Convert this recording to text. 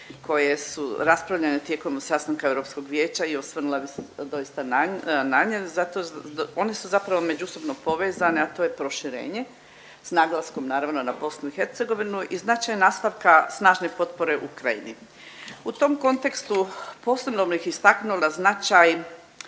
koje su raspravljane tijekom sastanka EU vijeća i osvrnula bih se doista na .../nerazumljivo/... zato one su zapravo međusobno povezane, a to je proširenje, s naglaskom, naravno, na BiH i značaj nastavka snažne potpore Ukrajini. U tom kontekstu posebno bih istaknula značaj